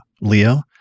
Leo